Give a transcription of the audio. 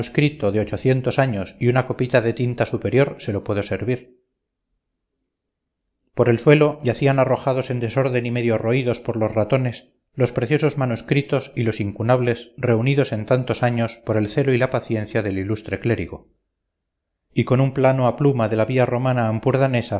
manuscrito de ochocientos años y una copa de tinta superior se lo puedo servir por el suelo yacían arrojados en desorden y medio roídos por los ratones los preciosos manuscritos y los incunables reunidos en tantos años por el celo y la paciencia del ilustre clérigo y con un plano a pluma de la vía romana